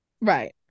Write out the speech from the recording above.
right